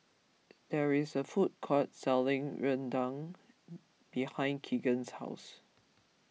there is a food court selling Rendang behind Keegan's house